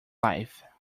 life